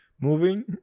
moving